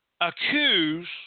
accuse